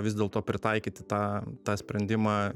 vis dėlto pritaikyti tą tą sprendimą